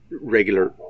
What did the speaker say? regular